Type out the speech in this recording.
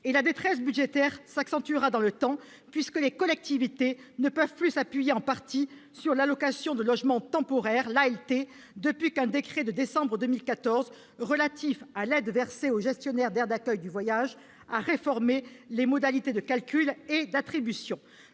la détresse budgétaire s'accentuera dans le temps, puisque les collectivités ne peuvent plus s'appuyer, en partie, sur l'aide au logement temporaire, l'ALT, depuis qu'un décret de décembre 2014 relatif à l'aide versée aux gestionnaires d'aire d'accueil des gens du voyage a réformé ses modalités de calcul et d'attribution.